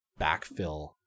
backfill